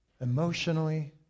emotionally